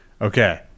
okay